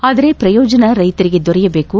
ಆದರೆ ಪ್ರಯೋಜನ ರೈತರಿಗೆ ದೊರೆಯಬೇಕು